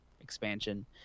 expansion